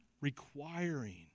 requiring